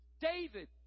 David